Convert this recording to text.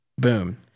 boom